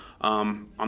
On